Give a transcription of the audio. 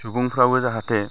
सुबुंफ्राबो जाहाथे